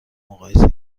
مقایسه